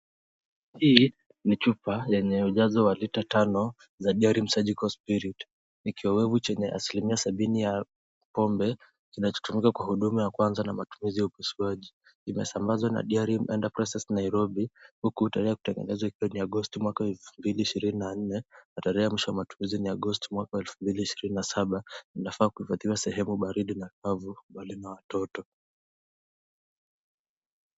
Hii ni chupa yenye mjazo wa lita tano za Diarim Surgical Spirit . Ni kiowevu chenye asilimia sabini ya pombe, kinachotumika kwa huduma ya kwanza na matumizi ya upasuaji. Imesambazwa na Diarim Enterprises Nairobi, huku tarehe ya kutengenezwa ikiwa ni Agosti mwaka wa elfu mbili ishirini na nne na tarehe ya mwisho ya matumizi ni Agosti mwaka wa elfu mbili ishirini na saba. Inafaa kuhifadhiwa sehemu baridi na kavu, mbali na watoto.